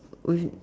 with